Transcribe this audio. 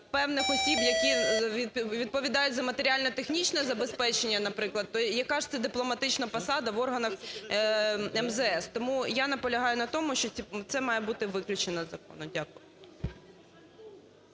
певних осіб, які відповідають за матеріально-технічне забезпечення, наприклад, то яка ж це дипломатична посада в органах МЗС. Тому я наполягаю на тому, що це має бути виключено з